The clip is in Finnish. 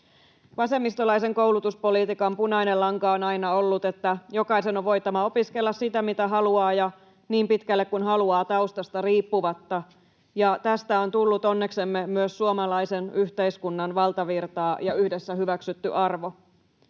Vasemmistolaisen koulutuspolitiikan punainen lanka on aina ollut, että jokaisen on taustasta riippumatta voitava opiskella sitä, mitä haluaa, ja niin pitkälle kuin haluaa, ja tästä on tullut onneksemme myös suomalaisen yhteiskunnan valtavirtaa ja yhdessä hyväksytty arvo.